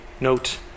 note